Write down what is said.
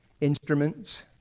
Instruments